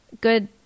good